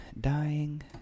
Dying